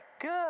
Good